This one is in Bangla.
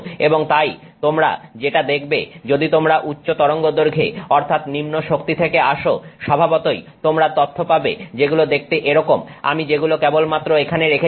এবং তাই তোমরা যেটা দেখবে যদি তোমরা উচ্চ তরঙ্গদৈর্ঘ্য অর্থাৎ নিম্ন শক্তি থেকে আসো স্বভাবতই তোমরা তথ্য পাবে যেগুলো দেখতে এরকম আমি যেগুলো কেবলমাত্র এখানে রেখেছি